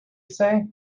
say